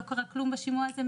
לא קרה כלום בשימוע הזה,